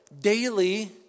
daily